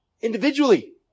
Individually